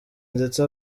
ndetse